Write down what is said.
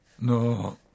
No